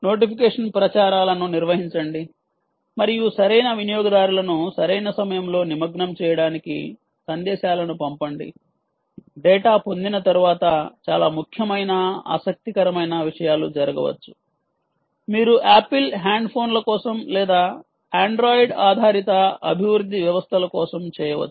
notification ప్రచారాలను నిర్వహించండి మరియు సరైన వినియోగదారులను సరైన సమయంలో నిమగ్నం చేయడానికి సందేశాలను పంపండి డేటా పొందిన తర్వాత చాలా ముఖ్యమైన ఆసక్తికరమైన విషయాలు జరగవచ్చు మీరు ఆపిల్ హ్యాండ్ ఫోన్ల కోసం లేదా ఆండ్రాయిడ్ ఆధారిత అభివృద్ధి వ్యవస్థల కోసం చేయవచ్చు